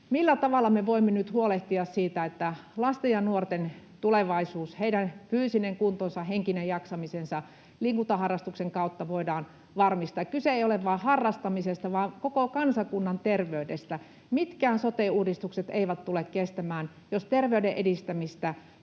millä tavalla me voimme nyt huolehtia siitä, että lasten ja nuorten tulevaisuus, heidän fyysinen kuntonsa, henkinen jaksamisensa liikuntaharrastuksen kautta voidaan varmistaa? Kyse ei ole vain harrastamisesta vaan koko kansakunnan terveydestä. Mitkään sote-uudistukset eivät tule kestämään, jos terveyden edistämistä